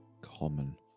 common